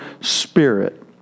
spirit